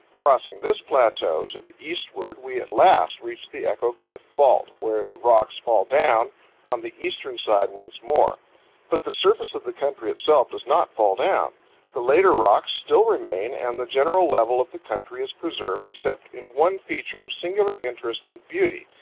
crossing this plateau to the eastward, we at last reach the echo cliff fault, where the rocks fall down on the eastern side once more but the surface of the country itself does not fall down the later rocks still remain, and the general level of the country is preserved except in one feature of singular interest and beauty,